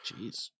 Jeez